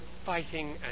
fighting